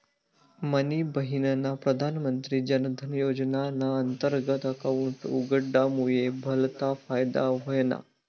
मनी बहिनना प्रधानमंत्री जनधन योजनाना अंतर्गत अकाउंट उघडामुये भलता फायदा व्हयना